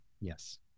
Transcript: Yes